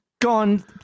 gone